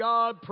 God